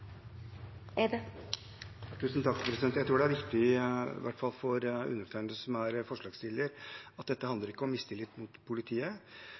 er nedslående. Jeg tror det er viktig, i hvert fall for undertegnede, som er forslagsstiller, å understreke at dette ikke handler om mistillit til politiet.